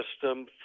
system